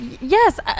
Yes